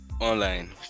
online